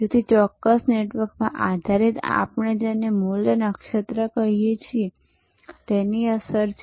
તેથી ચોક્કસ નેટવર્ક પર આધારિત આપણે જેને મૂલ્ય નક્ષત્ર કહીએ છીએ તેની અસર છે